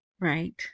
right